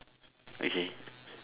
okay